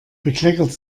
bekleckert